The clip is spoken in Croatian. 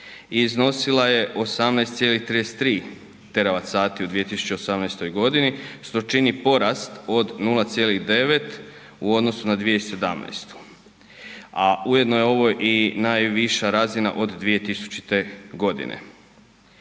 iznosila je 18,33 TWh sati u 2018.g., što čini porast od 0,9 u odnosu na 2017., a ujedno je ovo i najviša razina od 2000.g.